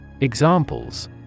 Examples